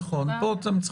עוד אין לנו משהו סופי.